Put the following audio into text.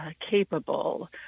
capable